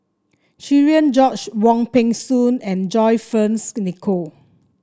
Cherian George Wong Peng Soon and John Fearns Nicoll